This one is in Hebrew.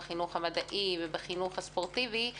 בחינוך המדעי ובחינוך הספורטיבי,